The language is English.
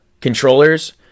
controllers